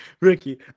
Ricky